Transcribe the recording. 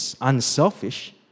unselfish